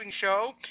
show